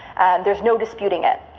and there's no disputing it.